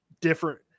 different